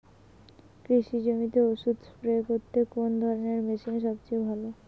কৃষি জমিতে ওষুধ স্প্রে করতে কোন ধরণের মেশিন সবচেয়ে ভালো?